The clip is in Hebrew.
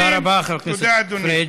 תודה רבה, חבר הכנסת פריג'.